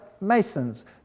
Masons